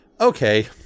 okay